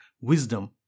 wisdom